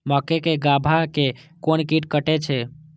मक्के के गाभा के कोन कीट कटे छे?